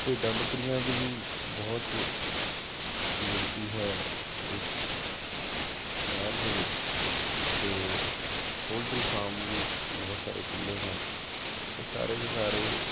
ਭੇਡਾਂ ਬੱਕਰੀਆਂ ਦੀ ਵੀ ਬਹੁਤ ਗਿਣਤੀ ਹੈ ਇਸ ਸ਼ਹਿ ਸ਼ਹਿਰ ਦੇ ਵਿੱਚ ਅਤੇ ਪੋਲਟਰੀ ਫਾਰਮ ਵੀ ਬਹੁਤ ਸਾਰੇ ਖੁੱਲੇ ਹਨ ਇਹ ਸਾਰੇ ਦੇ ਸਾਰੇ